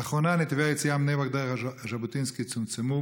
לאחרונה נתיבי היציאה מבני ברק דרך רחוב ז'בוטינסקי צומצמו.